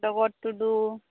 ᱰᱚᱜᱚᱨ ᱴᱩᱰᱩ